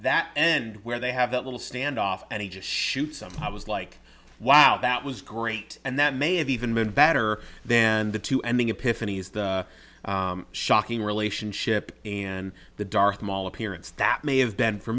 that end where they have that little standoff and he just shoot something i was like wow that was great and that may have even been better then the two ending epiphany is the shocking relationship in the darth maul appearance that may have been for